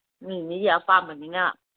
ꯃꯤ ꯃꯤꯒꯤ ꯑꯄꯥꯝꯕꯅꯤꯅ